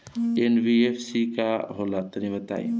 NBFC का होला तनि बताई?